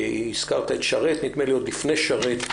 הזכרת את שרת ונדמה לי שעוד לפני שרת,